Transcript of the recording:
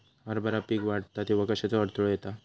हरभरा पीक वाढता तेव्हा कश्याचो अडथलो येता?